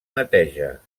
neteja